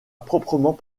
proprement